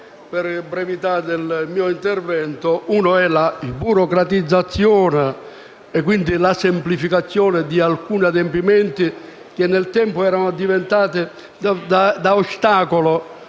della brevità del mio intervento: la prima è la sburocratizzazione e, quindi, la semplificazione di alcuni adempimenti che, nel tempo, erano diventati un ostacolo